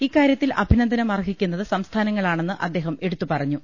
ഇക്കാര്യത്തിൽ അഭിനന്ദനം അർഹിക്കുന്നത് സംസ്ഥാനങ്ങളാണെന്ന് അദ്ദേഹം എടുത്തു പറഞ്ഞു